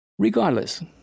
Regardless